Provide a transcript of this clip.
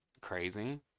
crazy